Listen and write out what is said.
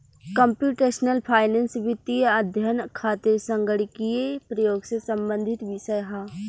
computational finance वित्तीय अध्ययन खातिर संगणकीय प्रयोग से संबंधित विषय ह